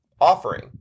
offering